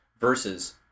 Versus